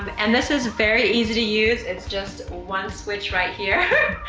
and this is very easy to use. it's just one switch right here.